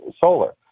Solar